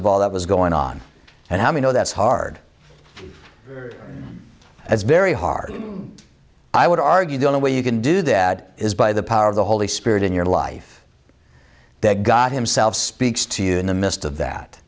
of all that was going on and how we know that's hard as very hard i would argue the only way you can do that is by the power of the holy spirit in your life that god himself speaks to you in the midst of that